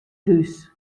hús